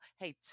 Hey